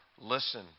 listen